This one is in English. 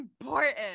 important